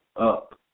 up